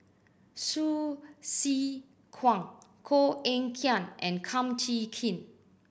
Hsu Tse Kwang Koh Eng Kian and Kum Chee Kin